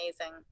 amazing